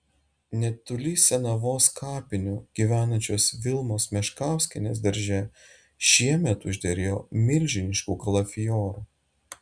netoli senavos kapinių gyvenančios vilmos meškauskienės darže šiemet užderėjo milžiniškų kalafiorų